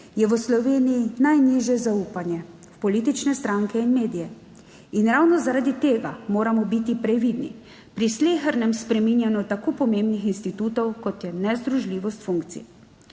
je v Sloveniji najnižje zaupanje v politične stranke in medije in ravno zaradi tega moramo biti previdni pri slehernem spreminjanju tako pomembnih institutov, kot je nezdružljivost funkcij.